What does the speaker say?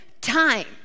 time